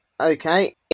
Okay